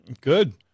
Good